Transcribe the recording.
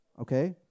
okay